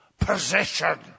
possession